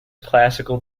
classical